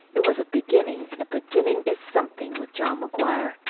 it was a beginning, and a beginning is something with john mcguire.